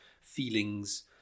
feelings